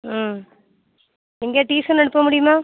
ம் இங்கே டியூசன் அனுப்ப முடியுமா